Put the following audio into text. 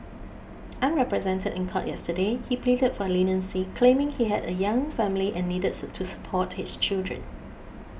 unrepresented in court yesterday he pleaded for leniency claiming he had a young family and needed to support his children